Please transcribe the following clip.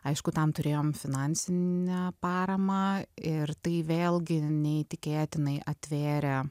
aišku tam turėjom finansinę paramą ir tai vėlgi neįtikėtinai atvėrė